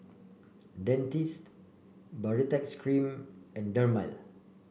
Dentiste Baritex Cream and Dermale